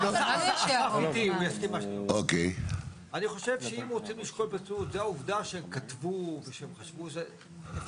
אסף איתי, הוא יסכים למה שאני אומר.